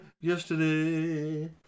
Yesterday